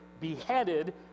beheaded